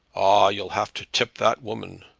ah! you'll have to tip that woman.